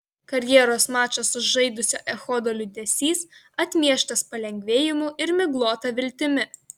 karjeros mačą sužaidusio echodo liūdesys atmieštas palengvėjimu ir miglota viltimi